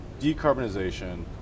decarbonization